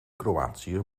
kroatië